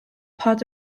part